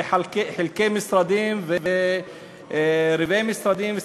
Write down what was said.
וחלקי משרדים ורבעי משרדים,